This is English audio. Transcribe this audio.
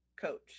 coach